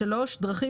כולם או חלקם בדרכים